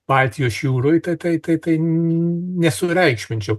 baltijos jūroj tai tai tai tai nesureikšminčiau